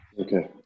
Okay